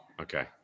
Okay